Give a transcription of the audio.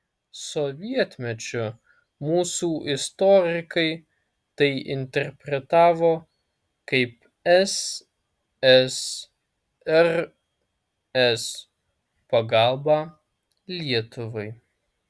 sovietmečiu mūsų istorikai tai interpretavo kaip ssrs pagalbą lietuvai